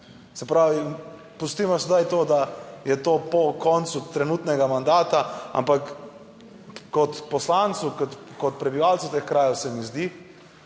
Se pravi, pustimo sedaj to, da je to po koncu trenutnega mandata, ampak kot poslancu, kot prebivalcu teh krajev se mi zdi,